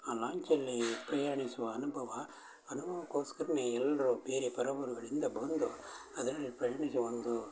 ಆ ಲಾಂಚಲ್ಲಿ ಪ್ರಯಾಣಿಸುವ ಅನುಭವ ಅನುಭವಕ್ಕೋಸ್ಕರನೇ ಎಲ್ಲರೂ ಬೇರೆ ಪರ ಊರುಗಳಿಂದ ಬಂದು ಅದ್ರಲ್ಲಿ ಪ್ರಯಾಣಿಸುವ ಒಂದು